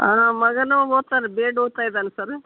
ಹಾಂ ಮಗನು ಓದ್ತಾನೆ ಬಿ ಎಡ್ ಓದ್ತಾಯಿದ್ದಾನೆ ಸರ್